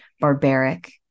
barbaric